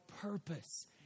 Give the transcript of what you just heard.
purpose